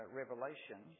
Revelation